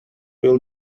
will